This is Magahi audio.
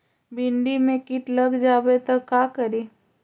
भिन्डी मे किट लग जाबे त का करि?